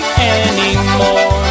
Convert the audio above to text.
anymore